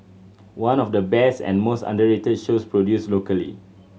one of the best and most underrated shows produced locally